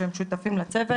שהם שותפים לצוות.